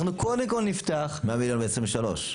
אנחנו קודם כל נפתח --- 100 מיליון ב-23'?